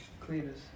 Cleaners